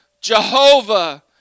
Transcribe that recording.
Jehovah